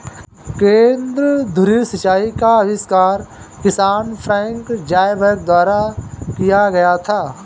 केंद्र धुरी सिंचाई का आविष्कार किसान फ्रैंक ज़ायबैक द्वारा किया गया था